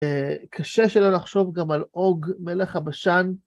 קשה שלא לחשוב גם על עוג, מלך הבשן.